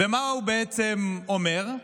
ומה הוא בעצם אומר?